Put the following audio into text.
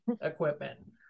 equipment